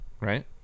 right